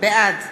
בעד